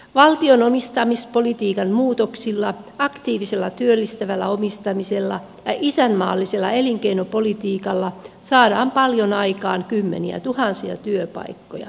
valtion omistamispolitiikan muutoksilla aktiivi sella työllistävällä omistamisella ja isänmaallisella elinkeinopolitiikalla saadaan paljon aikaan kymmeniätuhansia työpaikkoja